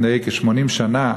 לפני כ-80 שנה,